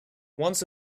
once